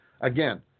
Again